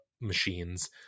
machines